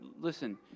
listen